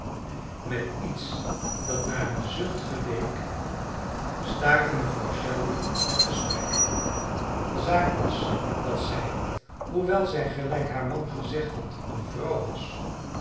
met iets dat naar een zucht geleek staakte mevrouw shelby het gesprek de zaak was dat zij hoewel zij gelijk haar man gezegd had een vrouw was